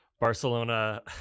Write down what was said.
barcelona